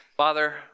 Father